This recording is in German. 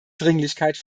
dringlichkeit